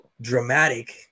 dramatic